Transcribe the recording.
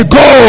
go